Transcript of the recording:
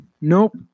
Nope